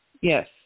Yes